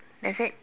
that's it